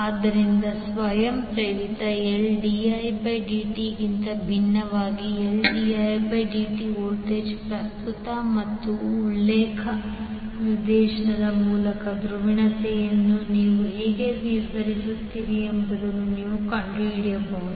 ಆದ್ದರಿಂದ ಸ್ವಯಂ ಪ್ರೇರಿತLdidt ಗಿಂತ ಭಿನ್ನವಾಗಿ Ldidtವೋಲ್ಟೇಜ್ನ ಪ್ರಸ್ತುತ ಮತ್ತು ಉಲ್ಲೇಖ ಧ್ರುವೀಯತೆಯ ಉಲ್ಲೇಖ ನಿರ್ದೇಶನದ ಮೂಲಕ ಧ್ರುವೀಯತೆಯನ್ನು ನೀವು ಹೇಗೆ ನಿರ್ಧರಿಸುತ್ತೀರಿ ಎಂಬುದನ್ನು ನೀವು ಕಂಡುಹಿಡಿಯಬಹುದು